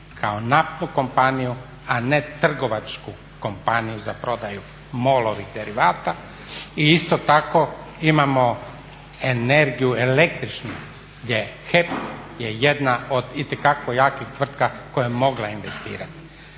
kao naftnu kompaniju, a ne trgovačku kompaniju za prodaju MOL-ovih derivata i isto tako imamo energiju električnu gdje HEP je jedna od itekako jakih tvrtki koja je mogla investirati.